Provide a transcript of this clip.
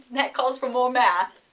that calls for more math.